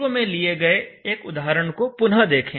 पूर्व में लिए गए एक उदाहरण को पुनः देखें